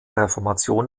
reformation